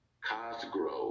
Cosgrove